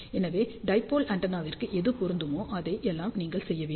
எனவே டைபோல் ஆண்டெனாவிற்கு எது பொருந்துமோ அதை எல்லாம் நீங்கள் செய்ய வேண்டும்